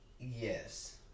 yes